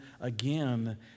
again